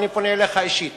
ואני פונה אליך אישית.